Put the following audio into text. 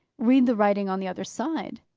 read the writing on the other side,